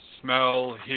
smell